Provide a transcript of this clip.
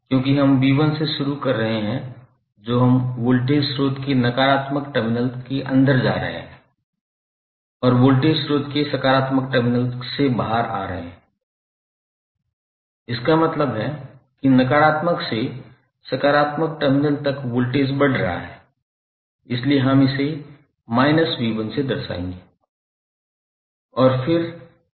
क्योंकि हम v1 से शुरू कर रहे हैं जो हम वोल्टेज स्रोत के नकारात्मक टर्मिनल के अंदर जा रहे हैं और वोल्टेज स्रोत के सकारात्मक टर्मिनल से बाहर आ रहे हैं इसका मतलब है कि नकारात्मक से सकारात्मक टर्मिनल तक वोल्टेज बढ़ रहा है इसलिए हम इसे minus v1 से दर्शाते हैं